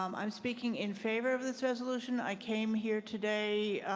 um i'm speaking in favor of this resolution. i came here today